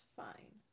fine